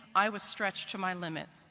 i was stretched to my limit.